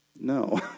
No